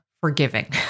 forgiving